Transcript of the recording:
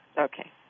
Okay